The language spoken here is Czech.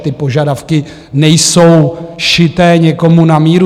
Ty požadavky nejsou šité někomu na míru.